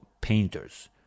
painters